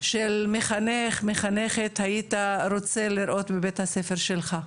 של מחנך, מחנכת, היית רוצה לראות בבית הספר שלך?